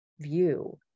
view